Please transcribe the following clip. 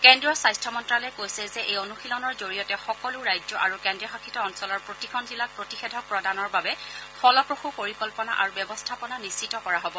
কেন্দ্ৰীয় স্বাস্থ্য মন্ত্ৰ্যালয়ে কৈছে যে এই অনুশীলনৰ জৰিয়তে সকলো ৰাজ্য আৰু কেন্দ্ৰীয় শাসিত অঞ্চলৰ প্ৰতিখন জিলাত প্ৰতিষেধক প্ৰদানৰ বাবে ফলপ্ৰসূ পৰিকল্পনা আৰু ব্যৱস্থাপনা নিশ্চিত কৰা হ'ব